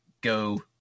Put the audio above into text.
go